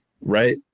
Right